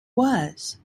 was